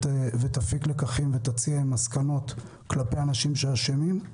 תפיק לקחים ותציע מסקנות כלפי אנשים שאשמים.